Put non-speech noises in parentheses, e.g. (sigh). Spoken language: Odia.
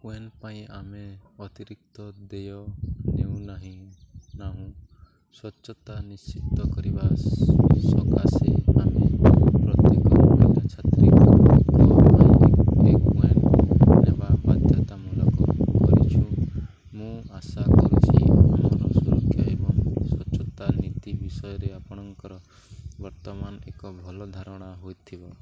କଏନ୍ ପାଇଁ ଆମେ ଅତିରିକ୍ତ ଦେୟ ନେଉ ନାହିଁ ନାହୁଁ ସ୍ୱଚ୍ଛତା ନିଶ୍ଚିତ କରିବା ସକାଶେ ଆମେ ପ୍ରତ୍ୟେକ ମହିଳା ଛାତ୍ରୀଙ୍କ (unintelligible) ଏ କଏନ୍ ନେବା ବାଧ୍ୟତାମୂଳକ କରିଛୁ ମୁଁ ଆଶା କରୁଛି ଆମର ସୁରକ୍ଷା ଏବଂ ସ୍ୱଚ୍ଛତା ନୀତି ବିଷୟରେ ଆପଣଙ୍କର ବର୍ତ୍ତମାନ ଏକ ଭଲ ଧାରଣା ହେଇଥିବ